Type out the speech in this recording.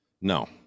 No